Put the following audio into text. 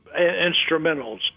instrumentals